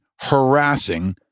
harassing